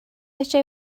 fedra